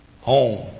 Home